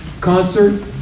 concert